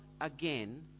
again